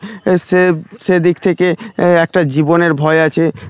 সে সেদিক থেকে এ একটা জীবনের ভয় আছে